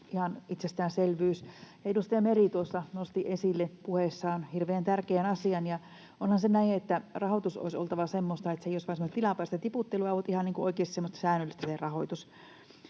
ihan itsestäänselvyys. Edustaja Meri tuossa nosti puheessaan esille hirveän tärkeän asian, ja onhan se näin, että rahoituksen olisi oltava semmoista, että se rahoitus ei olisi vain semmoista tilapäistä tiputtelua vaan ihan oikeasti semmoista säännöllistä.